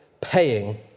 paying